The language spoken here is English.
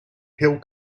hill